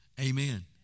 Amen